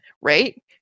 right